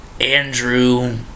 Andrew